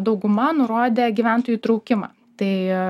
dauguma nurodė gyventojų įtraukimą tai